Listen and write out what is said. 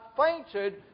fainted